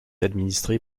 administrée